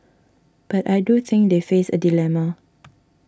but I do think they face a dilemma